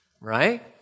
right